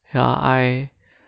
ya I